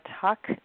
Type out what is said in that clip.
talk